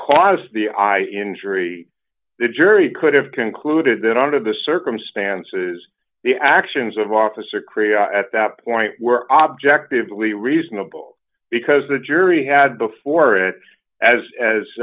cause the eye injury the jury could have concluded that under the circumstances the actions of officer korea at that point were objectively reasonable because the jury had before it as as